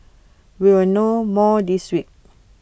we will know more this week